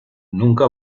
nunca